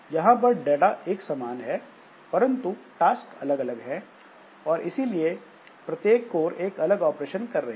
यहां पर डाटा एक समान है परंतु टास्क अलग अलग हैं और इसीलिए प्रत्येक कोर एक अलग ऑपरेशन कर रही है